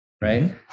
Right